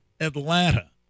Atlanta